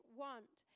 want